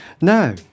Now